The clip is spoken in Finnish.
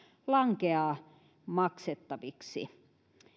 lankeaa maksettaviksi